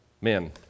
men